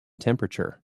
temperature